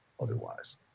otherwise